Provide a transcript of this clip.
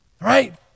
Right